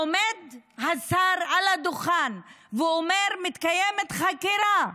עומד השר על הדוכן ואומר: מתקיימת חקירה.